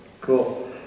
Cool